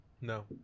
No